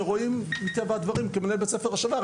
שרואים מטבע הדברים כמנהל בית ספר השנה,